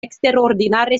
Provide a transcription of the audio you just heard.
eksterordinare